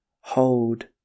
hold